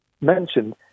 mentioned